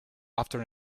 after